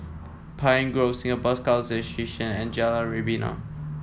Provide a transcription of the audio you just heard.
Pine Grove Singapore Scout Association and Jalan Rebana